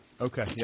Okay